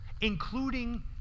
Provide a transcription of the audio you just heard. including